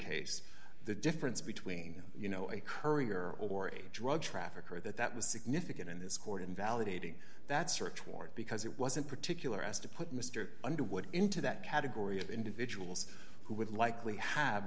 case the difference between you know a courier or a drug trafficker that that was significant in this court in validating that search warrant because it wasn't particular as to put mr underwood into that category of individuals who would likely have